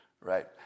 right